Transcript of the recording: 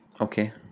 okay